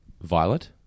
violet